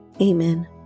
Amen